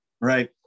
Right